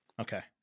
Okay